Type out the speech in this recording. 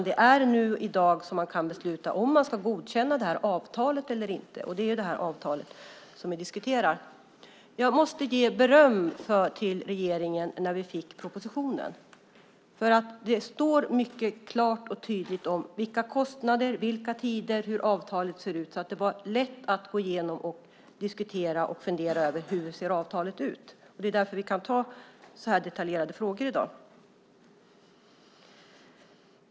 Det är nu i dag som man kan besluta om man ska godkänna avtalet eller inte, och det är det avtalet vi diskuterar. Jag måste ge beröm till regeringen för propositionen. Det står mycket klart och tydligt vilka kostnader och vilka tider som gäller och hur avtalet ser ut. Det var lätt att gå igenom, diskutera och fundera över hur avtalet ser ut. Det är därför vi kan ta upp så detaljerade frågor i dag.